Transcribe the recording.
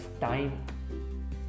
time